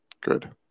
Good